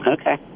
Okay